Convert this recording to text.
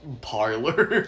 parlor